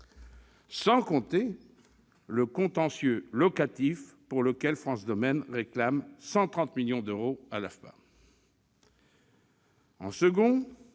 parle pas du contentieux locatif, pour lequel France Domaine réclame 130 millions d'euros à l'AFPA.